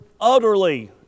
utterly